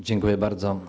Dziękuję bardzo.